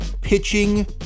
pitching